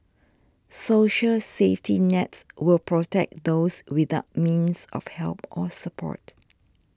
social safety nets will protect those without means of help or support